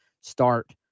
start